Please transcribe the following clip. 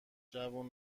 جوون